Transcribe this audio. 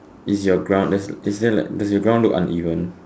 is your ground there's is there like does your ground looks uneven